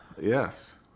yes